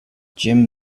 jim